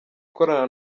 ikorana